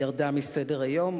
ירדה מסדר-היום.